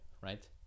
right